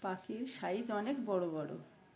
পাখির সাইজ অনেক বড়ো বড়ো